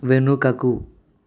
వెనుకకు